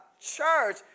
church